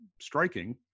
striking